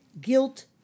guilt